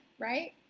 right